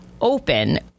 Open